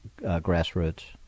grassroots